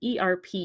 ERP